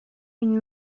une